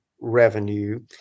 revenue